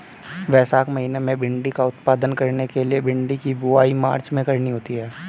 वैशाख महीना में भिण्डी का उत्पादन करने के लिए भिंडी की बुवाई मार्च में करनी होती है